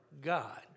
God